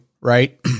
Right